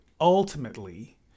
ultimately